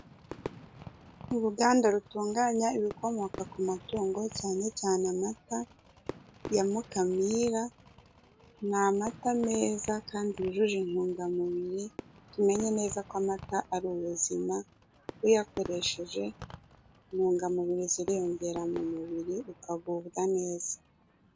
Uruganda rutunganya ibikomoka ku matungo cyane cyane amata ya mukamira, ni amata meza kandi yujuje intungamubiri, tumenye neza ko amata ari ubuzima uyakoresheje intungamubiri ziriyongera mu mubiri ukagubwa neza.